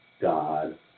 God